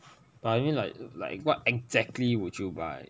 but I mean like like what exactly would you buy